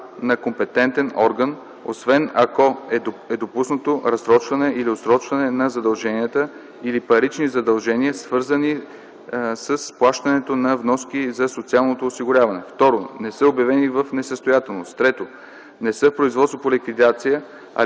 на компетентен орган, освен ако е допуснато разсрочване или отсрочване на задълженията, или парични задължения, свързани с плащането на вноски за социалното осигуряване; 2. не са обявени в несъстоятелност; 3. не са в производство по ликвидация, а